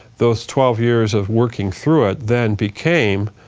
those twelve years of working through it then became,